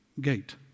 gate